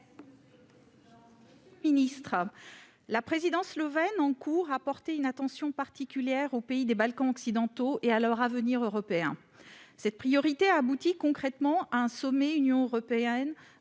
la présidence slovène en cours a porté une attention particulière aux pays des Balkans occidentaux et à leur avenir européen. Cette priorité a abouti concrètement à l'organisation du sommet